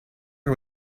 her